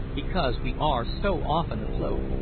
because we are so often afloat.